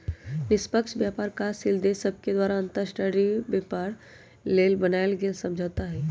निष्पक्ष व्यापार विकासशील देश सभके द्वारा अंतर्राष्ट्रीय व्यापार लेल बनायल गेल समझौता हइ